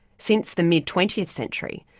since the mid-twentieth century,